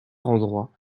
endroits